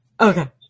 Okay